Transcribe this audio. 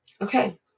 Okay